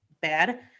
bad